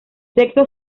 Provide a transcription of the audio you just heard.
sexo